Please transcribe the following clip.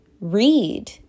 read